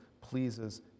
pleases